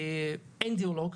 אין דיאלוג,